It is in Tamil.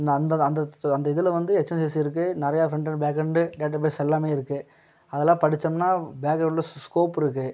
அந்த அந்த அந்த இதுல வந்து இருக்குது நிறைய front and back and database எல்லாமே இருக்குது அதெல்லாம் படிச்சோம்னா பேக்ரவுண்டு ஸ்கோப் இருக்குது